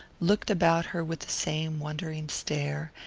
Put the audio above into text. looked about her with the same wondering stare,